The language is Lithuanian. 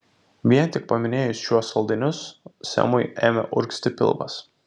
vien tik paminėjus šiuos saldainius semui ėmė urgzti pilvas